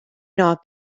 not